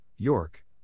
York